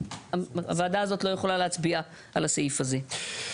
הוועדה הזאת לא יכולה להצביע על הסעיף הזה.